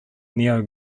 neo